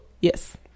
Yes